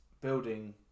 building